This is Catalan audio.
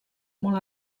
molt